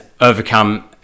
overcome